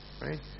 right